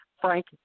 Frank